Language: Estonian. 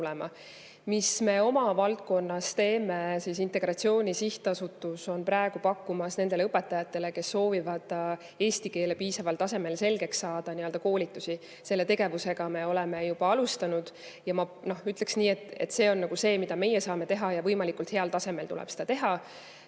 Mida me oma valdkonnas teeme? Integratsiooni Sihtasutus pakub praegu nendele õpetajatele, kes soovivad eesti keele piisaval tasemel selgeks saada, koolitusi. Selle tegevusega me oleme juba alustanud. Ütleksin nii, et see on see, mida meie saame teha, ja võimalikult heal tasemel tuleb seda teha.